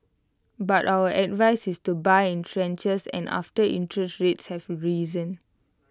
but our advice is to buy in tranches and after interest rates have risen